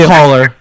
caller